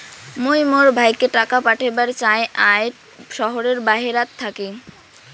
মুই মোর ভাইকে টাকা পাঠাবার চাই য়ায় শহরের বাহেরাত থাকি